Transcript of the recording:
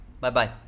Bye-bye